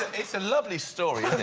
it's a lovely story,